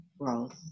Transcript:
growth